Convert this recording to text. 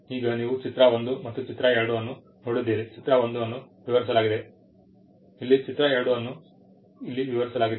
ಈಗ ನೀವು ಚಿತ್ರ 1 ಮತ್ತು ಚಿತ್ರ 2 ಅನ್ನು ನೋಡಿದ್ದೀರಿ ಚಿತ್ರ 1 ಅನ್ನು ವಿವರಿಸಲಾಗಿದೆ ಇಲ್ಲಿ ಚಿತ್ರ 2 ಅನ್ನು ಇಲ್ಲಿ ವಿವರಿಸಲಾಗಿದೆ